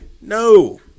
No